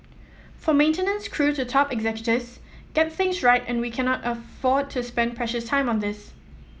from maintenance crew to top executives get things right and we cannot afford to spend precious time on this